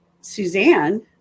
Suzanne